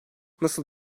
nasıl